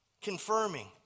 confirming